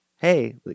hey